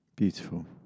Beautiful